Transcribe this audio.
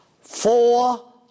four